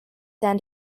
san